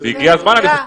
תודה רבה.